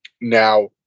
now